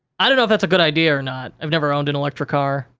i don't know if that's a good idea or not. i've never owned an electric car,